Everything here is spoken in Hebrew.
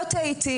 לא טעיתי.